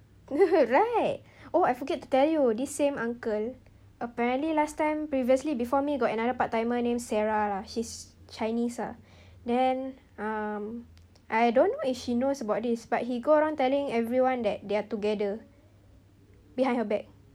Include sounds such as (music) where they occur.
(laughs) right oh I forget to tell you this same uncle apparently last time previously before me got another part timer named sarah lah she's chinese ah then um I don't know if she knows about this but he go around telling everyone that they're together behind her back